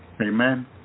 Amen